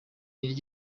naryo